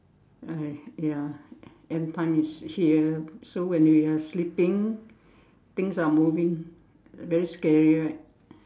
I ya end time is here so when we are sleeping things are moving very scary right